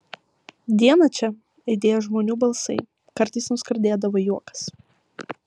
dieną čia aidėjo žmonių balsai kartais nuskardėdavo juokas